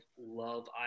love